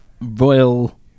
Royal